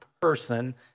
person